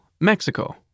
Mexico